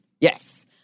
Yes